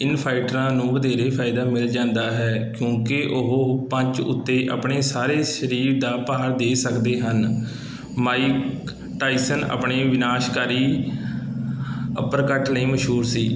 ਇਨ ਫਾਈਟਰਾਂ ਨੂੰ ਵਧੇਰੇ ਫਾਇਦਾ ਮਿਲ ਜਾਂਦਾ ਹੈ ਕਿਉਂਕਿ ਉਹ ਪੰਚ ਉੱਤੇ ਆਪਣੇ ਸਾਰੇ ਸਰੀਰ ਦਾ ਭਾਰ ਦੇ ਸਕਦੇ ਹਨ ਮਾਈਕ ਟਾਇਸਨ ਆਪਣੇ ਵਿਨਾਸ਼ਕਾਰੀ ਅੱਪਰਕੱਟ ਲਈ ਮਸ਼ਹੂਰ ਸੀ